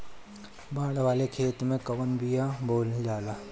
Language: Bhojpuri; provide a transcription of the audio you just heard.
बाड़ वाले खेते मे कवन बिया बोआल जा?